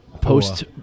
Post